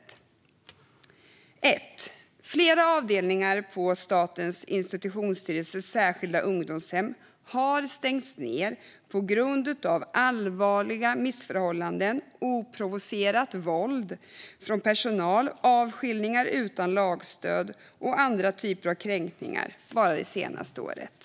För det första: Flera avdelningar på Statens institutionsstyrelses särskilda ungdomshem har stängts ned på grund av allvarliga missförhållanden, oprovocerat våld från personal, avskiljningar utan lagstöd och andra typer av kränkningar bara det senaste året.